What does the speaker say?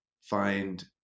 find